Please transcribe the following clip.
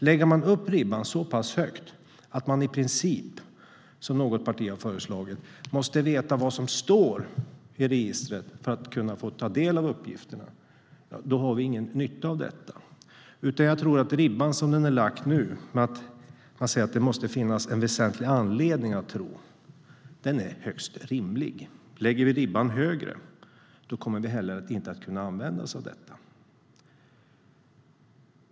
Lägger vi ribban så högt att man i princip måste veta vad som står i registret för att få ta del av uppgifterna, som något parti har föreslagit, har vi ingen nytta av detta. Jag tror att den nivå där ribban är lagd nu, där vi säger att det måste finnas en väsentlig anledning, är högst rimlig. Lägger vi ribban högre kommer vi inte att kunna använda oss av detta.